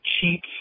cheap